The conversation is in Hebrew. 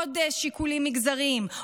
עוד שיקולים מגזריים,